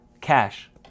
cash